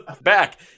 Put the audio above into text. back